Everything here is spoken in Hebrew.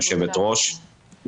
היושבת-ראש.